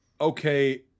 okay